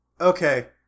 Okay